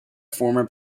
former